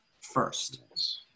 first